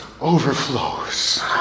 overflows